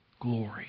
Glory